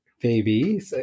baby